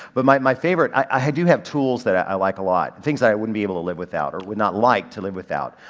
but my favorite. i do have tools that i like a lot, things that i wouldn't be able to live without or would not like to live without.